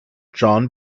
john